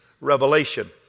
revelation